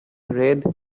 red